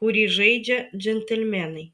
kurį žaidžia džentelmenai